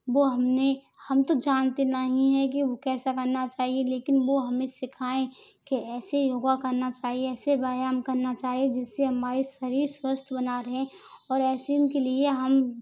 वो हमने हम तो जानते नहीं है कि कैसा करना चाहिये लेकिन वो हमें सिखाएं कि ऐसे योगा करना चाहिये ऐसे व्यायाम करना चाहिये जिससे हमारा शरीर स्वास्थ्य बना रहे और ऐसे के लिए हम